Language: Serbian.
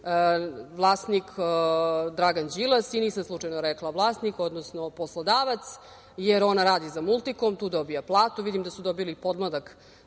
vlasnik Dragan Đilas. Nisam slučajno rekla vlasnik, odnosno poslodavac, jer ona radi za „Multikom“. Tu dobija platu. Vidim da su dobili podmladak,